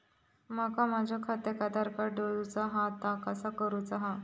माका माझा खात्याक आधार कार्ड जोडूचा हा ता कसा करुचा हा?